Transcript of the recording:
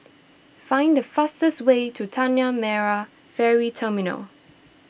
find the fastest way to Tanah Merah Ferry Terminal